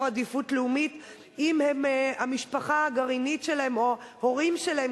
עדיפות לאומית אם המשפחה הגרעינית שלהם או ההורים שלהם